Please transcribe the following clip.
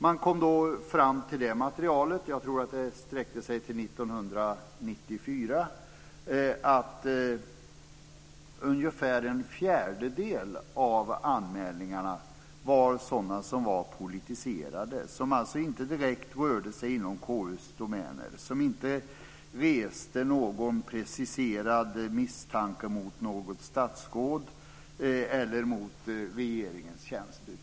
Man kom i materialet - jag tror att det sträckte sig till år 1994 - fram till att ungefär en fjärdedel av anmälningarna var politiserade anmälningar - anmälningar, som alltså inte direkt rörde sig inom KU:s domäner och som inte reste någon preciserad misstanke mot något statsråd eller mot regeringens tjänsteutövning.